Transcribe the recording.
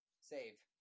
save